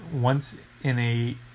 Once-in-a